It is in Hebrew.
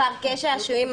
פארקי שעשועים,